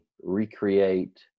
recreate